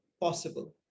possible